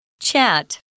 Chat